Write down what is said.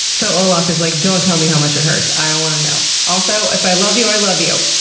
so, olaf is like, don't tell me how much it hurts. i don't want to know. also, if i love you, i love you.